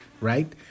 right